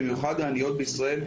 במיוחד העניות בישראל,